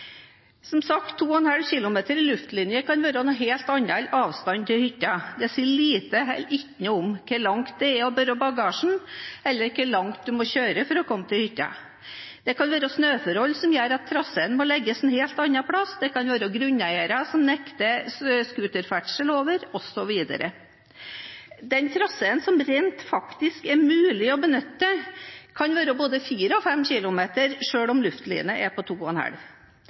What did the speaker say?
Som sagt kan 2,5 km i luftlinje være noe helt annet enn avstanden til hytta. Det sier lite eller ingenting om hvor langt det er å bære bagasjen, eller hvor langt en må kjøre for å komme til hytta. Det kan være snøforhold som gjør at traseen må legges et helt annet sted, det kan være grunneiere som nekter snøscooterferdsel over, osv. Den traseen som rent faktisk er mulig å benytte, kan være både fire og fem kilometer lang, selv om luftlinjen er på